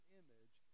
image